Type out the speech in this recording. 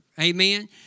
amen